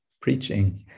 preaching